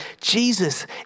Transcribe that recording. Jesus